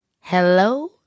hello